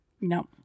No